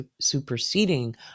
superseding